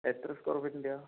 എത്ര സ്ക്വയർ ഫീറ്റിൻ്റെയാണ്